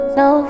no